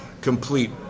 complete